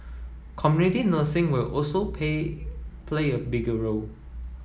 community nursing will also pay play a bigger role